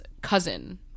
cousin